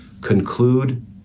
conclude